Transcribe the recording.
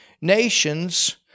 nations